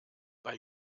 bei